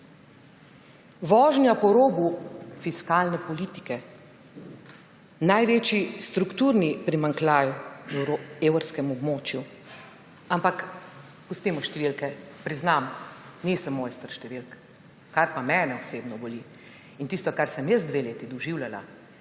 Vožnja po robu fiskalne politike, največji strukturni primanjkljaj v evrskem območju, ampak pustimo številke, priznam, nisem mojster številk. Kar pa mene osebno boli in tisto, kar sem jaz dve leti doživljala,